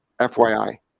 fyi